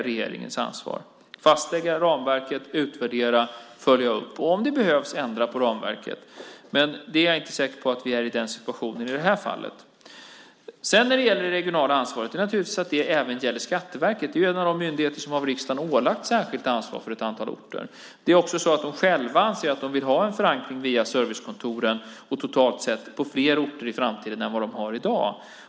Regeringens ansvar är alltså att fastlägga ramverket och att utvärdera och följa upp men också, om det behövs, ändra på ramverket. Jag är inte säker på att vi i det här fallet är i den situationen. Givetvis gäller det regionala ansvaret även Skatteverket som ju är en av de myndigheter som av riksdagen ålagts ett särskilt ansvar för ett antal orter. Det är också så att de själva vill ha en förankring via servicekontoren och totalt sett på fler orter i framtiden än de har i dag.